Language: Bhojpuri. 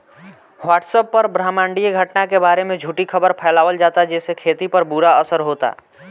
व्हाट्सएप पर ब्रह्माण्डीय घटना के बारे में झूठी खबर फैलावल जाता जेसे खेती पर बुरा असर होता